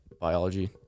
biology